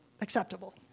acceptable